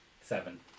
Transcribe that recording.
Seven